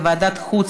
לוועדת החוץ